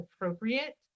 appropriate